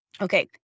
Okay